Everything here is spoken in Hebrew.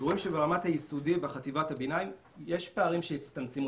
רואים שברמת היסודי וחטיבת הביניים יש פערים שהצטמצמו,